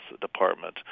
department